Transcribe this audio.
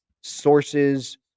sources